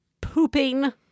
pooping